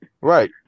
Right